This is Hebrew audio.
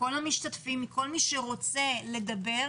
מכל המשתתפים ומכל מי שרוצה לדבר,